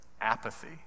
apathy